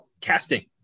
casting